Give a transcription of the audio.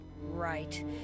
right